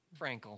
Frankel